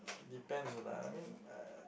depends lah I mean uh